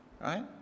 Right